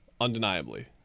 undeniably